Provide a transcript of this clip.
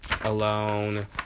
alone